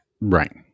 Right